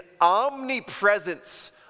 omnipresence